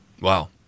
Wow